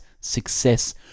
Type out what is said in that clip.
success